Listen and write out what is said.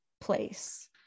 place